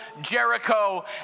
Jericho